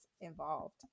involved